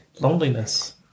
Loneliness